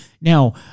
Now